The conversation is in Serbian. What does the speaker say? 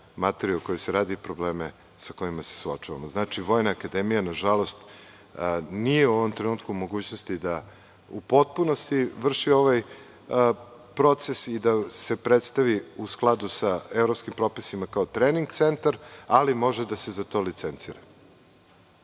materiju o kojoj se radi i probleme sa kojima se suočavamo. Znači, Vojna akademija, nažalost, nije u ovom trenutku u mogućnosti da u potpunosti vrši ovaj proces i da se predstavi u skladu sa evropskim propisima kao trening centar, ali može da se za to licencira. Ponavljam,